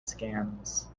scams